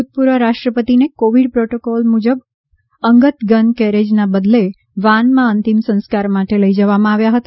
ભૂતપૂર્વ રાષ્ટ્રપતિને Covid protocol મુજબ અંગત ગન કેરેજના બદલે વાનમાં અંતિમ સંસ્કાર માટે લઈ જવામાં આવ્યા હતા